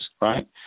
right